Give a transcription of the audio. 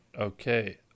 Okay